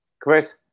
Chris